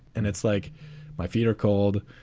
and it's like my feet are cold.